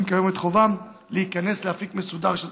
כיום את חובם להיכנס לאפיק מסודר של תשלומים.